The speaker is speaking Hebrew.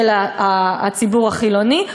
של הציבור החילוני?